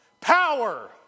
Power